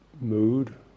mood